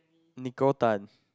Nicole-Tan